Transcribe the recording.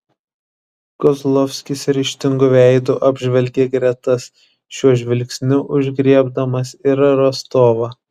kozlovskis ryžtingu veidu apžvelgė gretas šiuo žvilgsniu užgriebdamas ir rostovą